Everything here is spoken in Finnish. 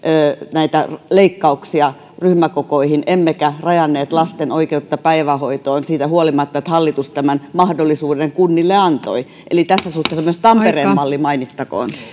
näitä leikkauksia ryhmäkokoihin emmekä rajanneet lasten oikeutta päivähoitoon siitä huolimatta että hallitus tämän mahdollisuuden kunnille antoi eli tässä suhteessa myös tampereen malli mainittakoon